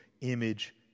image